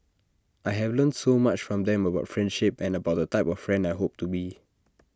I have learnt so much from them about friendship and about the type of friend I hope to be